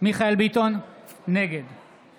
מיכאל מרדכי ביטון, נגד